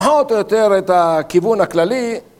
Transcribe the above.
‫פחות או יותר את הכיוון הכללי.